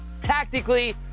tactically